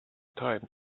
time